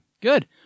Good